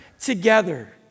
together